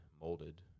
molded